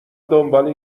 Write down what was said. دنبال